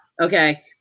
Okay